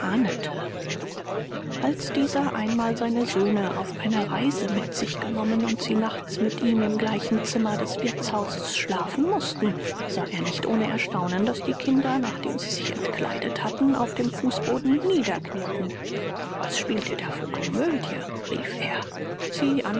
als dieser einmal seine söhne auf eine reise mit sich genommen und sie nachts mit ihm im gleichen zimmer des wirtshauses schlafen mußten sah er nicht ohne erstaunen daß die kinder nachdem sie sich entkleidet hatten auf dem fußboden niederknieten was spielt ihr da für komödie rief er sie